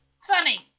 Funny